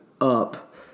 up